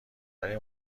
ولی